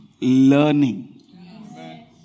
learning